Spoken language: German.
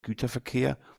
güterverkehr